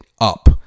up